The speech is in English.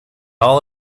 all